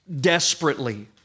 desperately